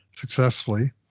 successfully